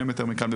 קרוב מאוד לכאן,